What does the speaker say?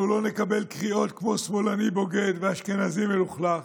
אנחנו לא נקבל קריאות כמו "שמאלני בוגד" ו"אשכנזי מלוכלך".